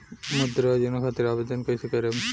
मुद्रा योजना खातिर आवेदन कईसे करेम?